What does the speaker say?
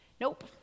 Nope